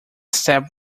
step